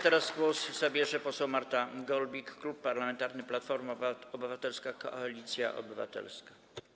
Teraz głos zabierze poseł Marta Golbik, Klub Parlamentarny Platforma Obywatelska - Koalicja Obywatelska.